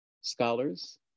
scholars